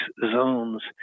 zones